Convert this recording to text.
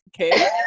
okay